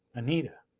anita